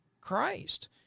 Christ